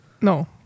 no